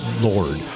Lord